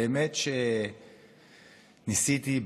באמת שניסיתי,